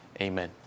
Amen